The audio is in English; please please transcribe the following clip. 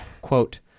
Quote